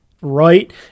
right